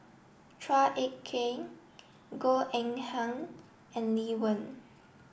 Chua Ek Kay Goh Eng Han and Lee Wen